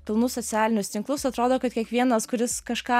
pilnus socialinius tinklus atrodo kad kiekvienas kuris kažką